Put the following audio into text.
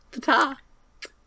Ta-ta